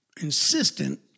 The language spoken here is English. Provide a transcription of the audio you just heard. insistent